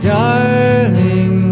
darling